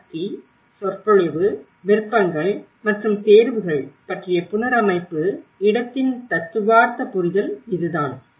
சக்தி சொற்பொழிவு விருப்பங்கள் மற்றும் தேர்வுகள் பற்றிய புனரமைப்பு இடத்தின் தத்துவார்த்த புரிதல் இதுதான்